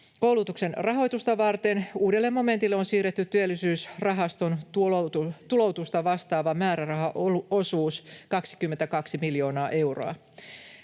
Koulutuksen rahoitusta varten uudelle momentille on siirretty työllisyysrahaston tuloutusta vastaava määrärahaosuus 22 miljoonaa euroa.